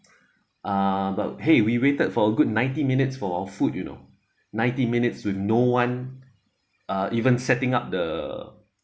uh but !hey! we waited for a good ninety minutes for our food you know ninety minutes with no one uh even setting up the